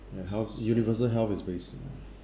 ya health universal health is basic ah